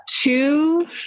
two